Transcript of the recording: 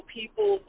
people